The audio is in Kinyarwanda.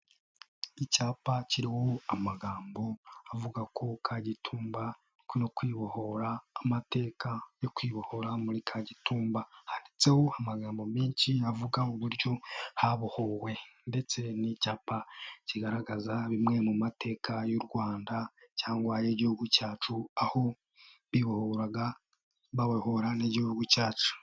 Icyapa kiriho amagambo avuga ko Kagitumba no kwibohora, amateka yo kwibohora muri Kagitumba haditseho amagambo menshi avuga uburyo habohowe ndetse n'icyapa kigaragaza bimwe mu mateka y'u Rwanda cyangwa ay'igihugu cyacu aho bibohoraga babohora n'igihugu cyacu.